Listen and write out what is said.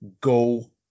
go